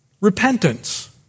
repentance